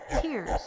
tears